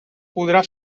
podrà